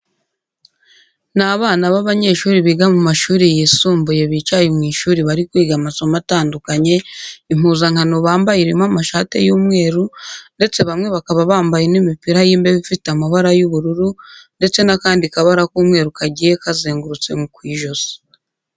Ni abana b'abanyeshuri biga mu mashuri yisumbuye bicaye mu ishuri bari kwiga amasomo atandukanye, impuzankano bambaye irimo amashati y'umweru ndetse bamwe bakaba bambaye n'imipira y'imbeho ifite amabara y'ubururu ndetse n'akandi kabara k'umweru kagiye kazengurutse ku ijosi.